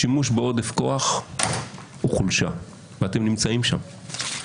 שימוש בעודף כוח הוא חולשה ואתם נמצאים שם.